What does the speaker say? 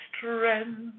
strength